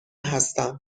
هستم